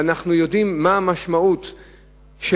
ואנחנו יודעים מה המשמעות שלהן.